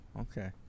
okay